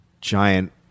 giant